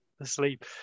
asleep